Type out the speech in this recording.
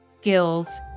skills